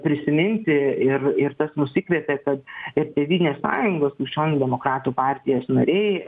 prisiminti ir ir tas mus įkvėpė kad ir tėvynės sąjungos krikščionių demokratų partijos nariai